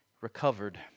recovered